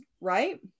Right